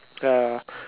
ya